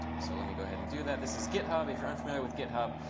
so let me go ahead and do that. this is github. if you're unfamiliar with github,